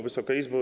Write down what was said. Wysoka Izbo!